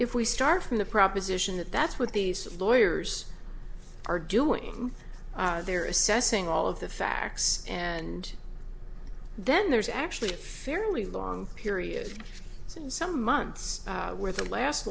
if we start from the proposition that that's what these lawyers are doing they're assessing all of the facts and then there's actually a fairly long period in some months where the last